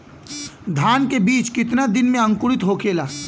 धान के बिज कितना दिन में अंकुरित होखेला?